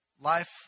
life